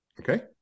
okay